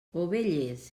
ovelles